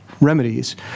remedies